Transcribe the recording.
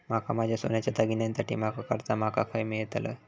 माका माझ्या सोन्याच्या दागिन्यांसाठी माका कर्जा माका खय मेळतल?